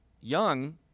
young